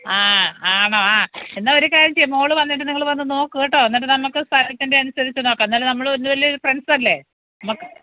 ആ ആണോ ആ എന്നാൽ ഒരു കാര്യം ചെയ്യ് മോൾ വന്നിട്ട് നിങ്ങൾ വന്നു നോക്ക് കേട്ടോ എന്നിട്ട് നമുക്ക് സ്ഥലത്തിൻ്റെ അനുസരിച്ചു നോക്കാം എന്തായാലും നമ്മൾ വലിയ വലിയൊരു ഫ്രണ്ട്സല്ലെ